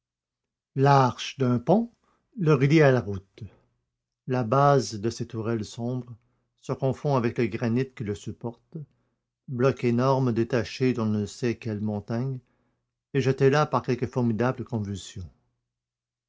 l'arche d'un pont le relie à la route la base de ses tourelles sombres se confond avec le granit qui le supporte bloc énorme détaché d'on ne sait quelle montagne et jeté là par quelque formidable